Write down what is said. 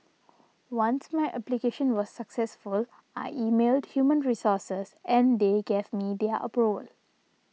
once my application was successful I emailed human resources and they gave me their aboard